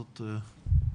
בבקשה.